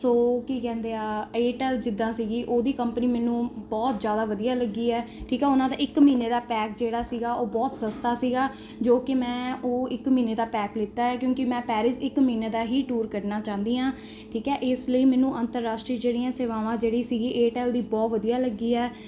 ਸੋ ਕੀ ਕਹਿੰਦੇ ਆ ਏਅਰਟੇਲ ਜਿੱਦਾਂ ਸੀਗੀ ਉਹਦੀ ਕੰਪਨੀ ਮੈਨੂੰ ਬਹੁਤ ਜ਼ਿਆਦਾ ਵਧੀਆ ਲੱਗੀ ਹੈ ਠੀਕ ਹੈ ਉਹਨਾਂ ਦਾ ਇੱਕ ਮਹੀਨੇ ਦਾ ਪੈਕ ਜਿਹੜਾ ਸੀਗਾ ਉਹ ਬਹੁਤ ਸਸਤਾ ਸੀਗਾ ਜੋ ਕਿ ਮੈਂ ਉਹ ਇੱਕ ਮਹੀਨੇ ਦਾ ਪੈਕ ਲਿੱਤਾ ਕਿਉਂਕਿ ਮੈਂ ਪੈਰਿਸ ਇੱਕ ਮਹੀਨੇ ਦਾ ਹੀ ਟੂਰ ਕੱਢਣਾ ਚਾਹੁੰਦੀ ਹਾਂ ਠੀਕ ਹੈ ਇਸ ਲਈ ਮੈਨੂੰ ਅੰਤਰਰਾਸ਼ਟਰੀ ਜਿਹੜੀਆਂ ਸੇਵਾਵਾਂ ਜਿਹੜੀ ਸੀਗੀ ਏਅਰਟੈੱਲ ਦੀ ਬਹੁਤ ਵਧੀਆ ਲੱਗੀ ਹੈ